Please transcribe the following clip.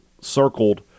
circled